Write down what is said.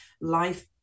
life